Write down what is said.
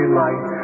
light